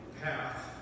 path